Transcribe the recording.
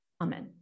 Amen